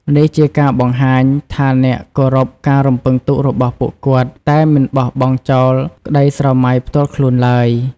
នេះជាការបង្ហាញថាអ្នកគោរពការរំពឹងទុករបស់ពួកគាត់ តែមិនបោះបង់ចោលក្ដីស្រមៃផ្ទាល់ខ្លួនឡើយ។